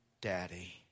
Daddy